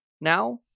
now